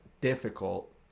difficult